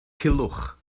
culhwch